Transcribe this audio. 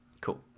Cool